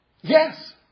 Yes